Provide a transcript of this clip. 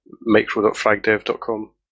micro.fragdev.com